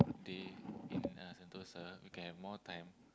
day in uh Sentosa you can have more time